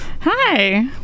Hi